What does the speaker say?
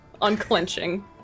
Unclenching